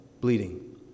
bleeding